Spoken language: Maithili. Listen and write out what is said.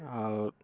आओर